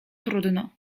trudno